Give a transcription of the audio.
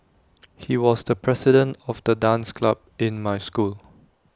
he was the president of the dance club in my school